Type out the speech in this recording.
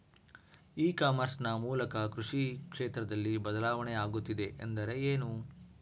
E commerce ನ ಮೂಲಕ ಕೃಷಿ ಕ್ಷೇತ್ರದಲ್ಲಿ ಬದಲಾವಣೆ ಆಗುತ್ತಿದೆ ಎಂದರೆ ಏನು?